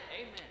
Amen